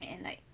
and like